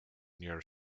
near